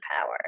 power